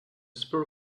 spur